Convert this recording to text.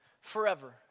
forever